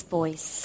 voice